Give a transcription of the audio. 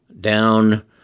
down